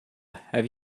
have